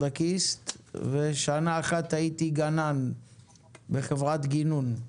ושנה אחת הייתי גנן בחברת גינון.